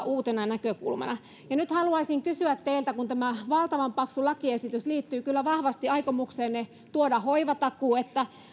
uutena näkökulmana ja nyt haluaisin kysyä teiltä kun tämä valtavan paksu lakiesitys liittyy kyllä vahvasti aikomukseenne tuoda hoivatakuu